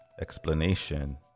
explanation